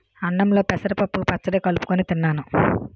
అన్నంలో పెసరపప్పు పచ్చడి కలుపుకొని తిన్నాను